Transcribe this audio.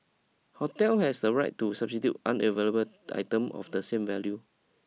hotel has the right to substitute unavailable items of the same value